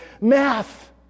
math